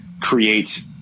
create